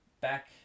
back